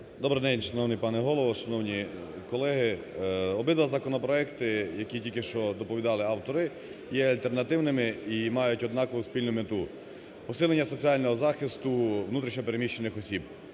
Добрий день, шановний пане Голово, шановні колеги. Обидва законопроекти, які тільки що доповідали автори, є альтернативними і мають однакову, спільну мету: посилення соціального захисту внутрішньо переміщених осіб,